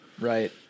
right